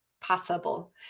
possible